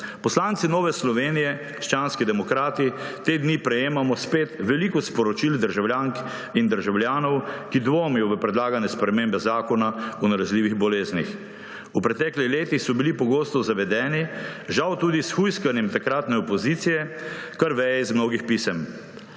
Poslanci Nove Slovenije – krščanski demokrati te dni prejemamo spet veliko sporočil državljank in državljanov, ki dvomijo v predlagane spremembe Zakona o nalezljivih boleznih. V preteklih letih so bili pogosto zavedeni, žal tudi s hujskanjem takratne opozicije, kar veje iz mnogih pisem.